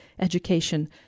education